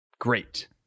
great